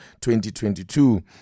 2022